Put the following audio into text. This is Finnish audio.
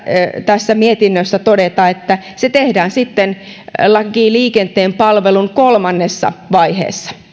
tässä mietinnössä todeta että se tehdään sitten lain liikenteen palveluista kolmannessa vaiheessa